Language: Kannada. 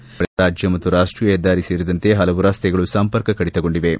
ಭಾರಿ ಮಳೆಯಿಂದ ರಾಜ್ಯ ಮತ್ತು ರಾಷ್ಲೀಯ ಹೆದ್ದಾರಿ ಸೇರಿದಂತೆ ಹಲವು ರಸ್ತೆಗಳು ಸಂಪರ್ಕ ಕಡಿತಗೊಂಡಿವೆ